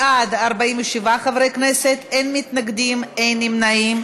בעד, 47 חברי כנסת, אין מתנגדים, אין נמנעים.